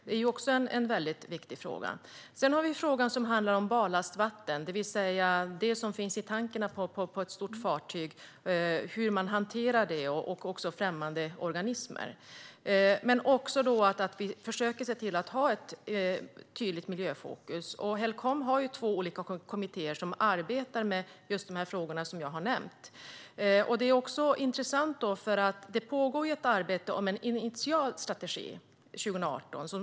Det är också viktiga frågor. Sedan har vi det som handlar om barlastvatten, det vill säga det som finns i tanken på ett stort fartyg, och hur man hanterar det. Även främmande organismer hör till detta. Vi måste försöka ha ett tydligt miljöfokus. Helcom har två olika kommittéer som arbetar med de frågor som jag har nämnt. Det pågår ett arbete om en initial strategi 2018, vilket är intressant.